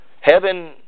heaven